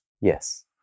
Yes